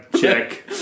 Check